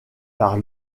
par